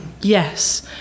Yes